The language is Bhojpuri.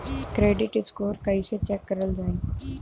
क्रेडीट स्कोर कइसे चेक करल जायी?